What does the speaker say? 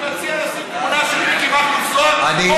אני מציע לשים תמונה של מיקי מכלוף זוהר פה,